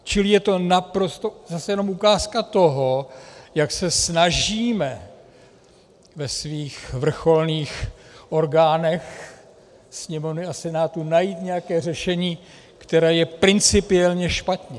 Čili je to zase jenom ukázka toho, jak se snažíme ve svých vrcholných orgánech Sněmovny a Senátu najít nějaké řešení, které je principiálně špatně.